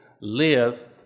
live